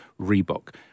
Reebok